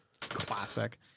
Classic